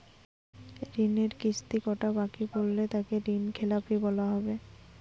ঋণের কিস্তি কটা বাকি পড়লে তাকে ঋণখেলাপি বলা হবে?